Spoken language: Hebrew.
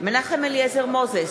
מנחם אליעזר מוזס,